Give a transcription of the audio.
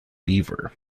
beaver